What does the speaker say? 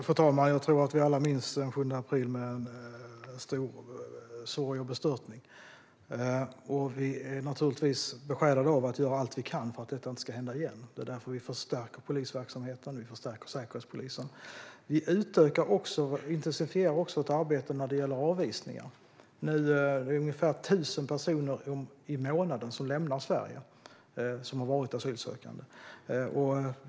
Fru talman! Alla minns nog den 7 april med stor sorg och bestörtning, och vi är givetvis besjälade av att göra allt vi kan för att detta inte ska hända igen. Därför förstärker vi polisverksamheten och Säkerhetspolisen. Vi intensifierar också arbetet med utvisningar, och nu lämnar ungefär 1 000 personer som har varit asylsökande Sverige varje månad.